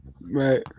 Right